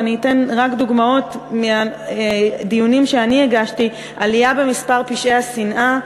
ואני אתן רק דוגמאות מהדיונים שאני הגשתי: עלייה במספר פשעי השנאה,